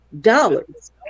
dollars